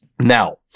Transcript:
Now